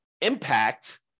impact